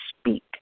speak